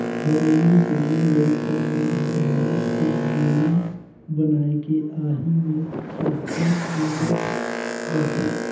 हरेली के दिन लइका मन हर बांस के गेड़ी बनायके आही मे चहके रेंगत रथे